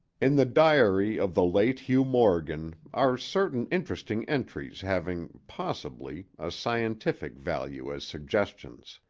in the diary of the late hugh morgan are certain interesting entries having, possibly, a scientific value as suggestions.